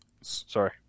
Sorry